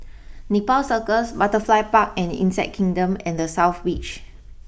Nepal Circus Butterfly Park and Insect Kingdom and the South Beach